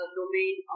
domain